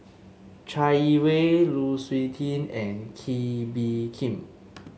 Chai Yee Wei Lu Suitin and Kee Bee Khim